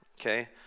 okay